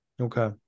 Okay